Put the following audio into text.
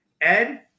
Ed